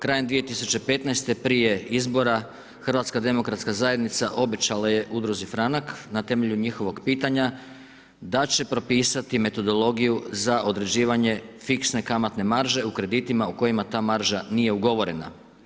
Krajem 2015. prije izbora HDZ obećala je udruzi Franak na temelju njihovog pitanja da će propisati metodologiju za određivanje fiksne kamatne marže u kreditima u kojima ta marža nije ugovorena.